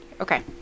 Okay